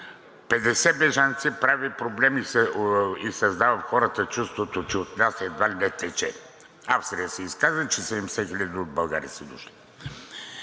бежанци – прави проблем и създава у хората чувството, че от нас едва ли не тече. Австрия се изказа, че 70 хиляди от България са дошли.